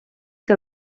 que